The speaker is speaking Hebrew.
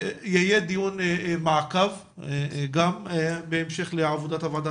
יהיה דיון מעקב גם בהמשך לעבודת הוועדה